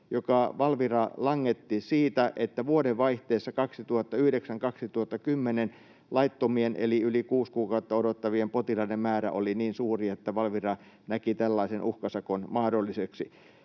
jonka Valvira langetti siitä, että vuodenvaihteessa 2009—2010 laittomien eli yli kuusi kuukautta odottavien potilaiden määrä oli niin suuri, että Valvira näki tällaisen uhkasakon mahdolliseksi